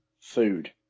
food